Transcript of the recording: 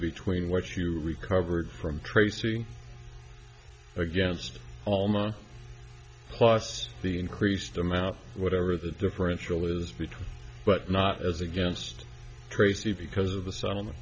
between what you recovered from tracing against all mine plus the increased amount whatever the differential is between but not as against tracy because of the settlement